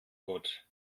gott